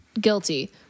guilty